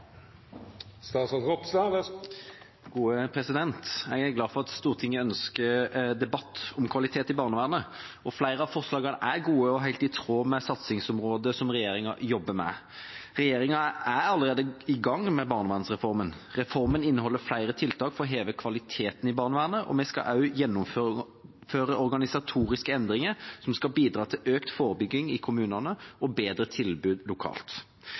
glad for at Stortinget ønsker debatt om kvalitet i barnevernet. Flere av forslagene er gode og helt i tråd med satsingsområdet som regjeringa jobber med. Regjeringa er allerede i gang med barnevernsreformen. Reformen inneholder flere tiltak for å heve kvaliteten i barnevernet, og vi skal også gjennomføre organisatoriske endringer som skal bidra til økt forebygging i kommunene og bedre tilbud lokalt.